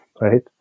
right